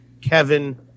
Kevin